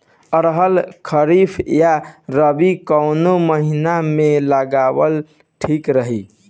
अरहर खरीफ या रबी कवने महीना में लगावल ठीक रही?